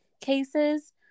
cases